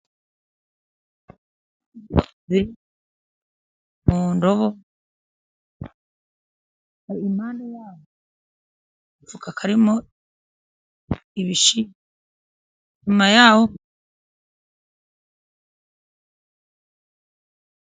Ibigori biri mu ndobo iruhande rwaho hari agafuka karimo ibishyimbo.